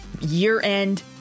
year-end